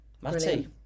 Matty